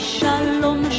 Shalom